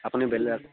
আপুনি বেলেগ